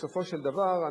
בסופו של דבר,